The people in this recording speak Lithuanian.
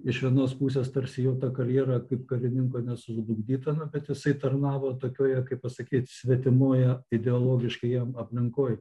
iš vienos pusės tarsi jo karjera kaip karininko nesužlugdyta na bet jisai tarnavo tokioje kaip pasakyt svetimoje ideologiškai jam aplinkoj